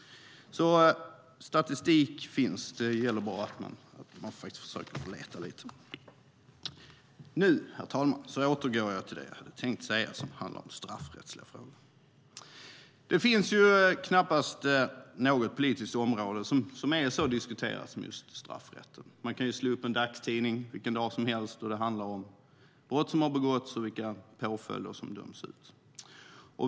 Statistik finns, det gäller bara att man försöker leta lite. Herr talman! Det finns knappast något politiskt område som är så diskuterat som straffrätten. Man kan slå upp en dagstidning vilken dag som helst och läsa om vilka brott som har begåtts och vilka påföljder som har dömts ut.